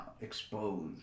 exposed